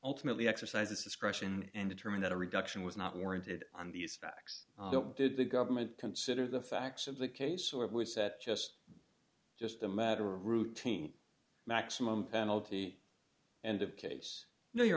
ultimately exercises discretion and determine that a reduction was not warranted on these facts did the government consider the facts of the case or was set just just a matter of routine maximum penalty and of case no you